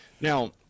Now